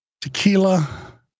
Tequila